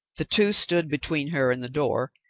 the two stood between her and the door,